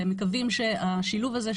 אנחנו מקווים שהשילוב הזה,